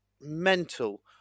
mental